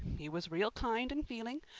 he was real kind and feeling,